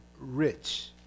rich